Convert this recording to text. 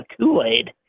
Kool-Aid